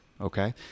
Okay